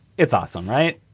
it's awesome, right?